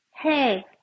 hey